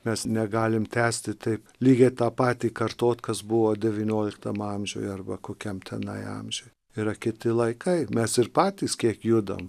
mes negalim tęsti taip lygiai tą patį kartot kas buvo devynioliktam amžiuj arba kokiam tenai amžiuj yra kiti laikai mes ir patys kiek judam